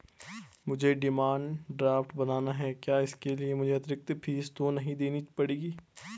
मुझे demand draft बनाना है क्या इसके लिए मुझे अतिरिक्त फीस तो नहीं देनी पड़ेगी?